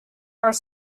are